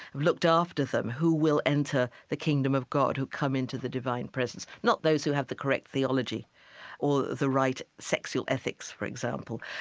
looked after them, who will enter the kingdom of god, who come into the divine presence, not those who have the correct theology or the right sexual ethics, for example.